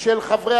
של חברי